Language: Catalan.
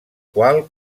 qual